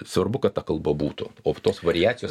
svarbu kad ta kalba būtų o tos variacijos